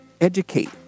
educate